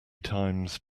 times